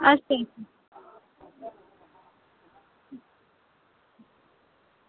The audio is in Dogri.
अच्छा